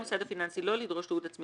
מוסד פיננסי ישראלי מדווח רשאי להחיל על